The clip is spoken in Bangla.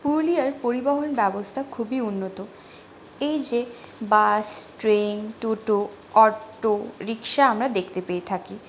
পুরুলিয়ার পরিবহন ব্যবস্থা খুবই উন্নত এই যে বাস ট্রেন টোটো অটো রিকশা আমরা দেখতে পেয়ে থাকি